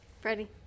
Freddie